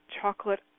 chocolate